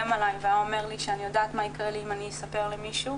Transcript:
עלי והיה אומר לי שאני יודעת מה יקרה לי אם אספר למישהו,